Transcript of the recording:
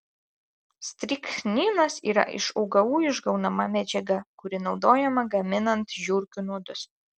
strichninas yra iš augalų išgaunama medžiaga kuri naudojama gaminant žiurkių nuodus